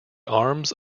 arms